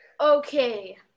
Okay